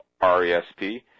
R-E-S-P